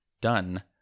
done